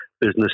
business